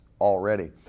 already